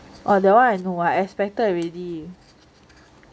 oh that one I know I expected already